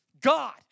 god